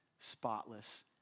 spotless